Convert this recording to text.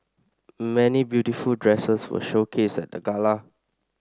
many beautiful dresses were showcased at the gala